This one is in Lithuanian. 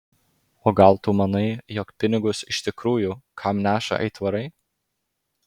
o gal tu manai jog pinigus iš tikrųjų kam neša aitvarai